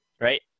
Right